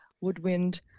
woodwind